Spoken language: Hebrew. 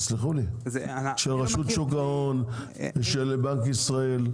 של רשות שוק ההון ושל בנק ישראל.